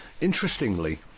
interestingly